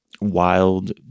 wild